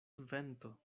vento